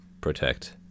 Protect